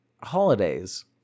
holidays